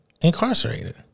incarcerated